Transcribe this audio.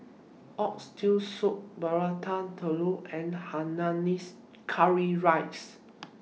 Oxtail Soup Prata Telur and Hainanese Curry Rice